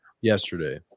yesterday